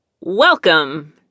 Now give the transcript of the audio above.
Welcome